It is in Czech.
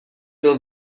byl